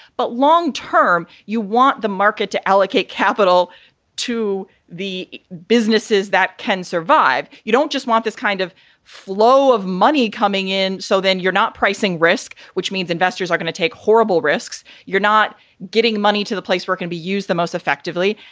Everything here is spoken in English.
but long term you want the market to allocate capital to the businesses that can survive. you don't just want this kind of flow of money coming in. so then you're not pricing risk, which means investors are going to take horrible risks. you're not getting money to the place. we're going to be used the most effectively.